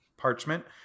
parchment